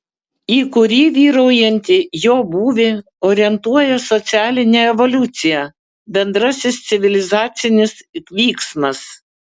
į kurį vyraujantį jo būvį orientuoja socialinė evoliucija bendrasis civilizacinis vyksmas